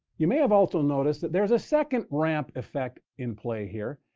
you may have also noticed that there is a second ramp effect in play here,